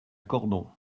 cordon